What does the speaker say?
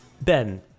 Ben